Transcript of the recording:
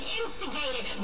instigated